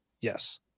yes